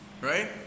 Right